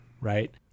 Right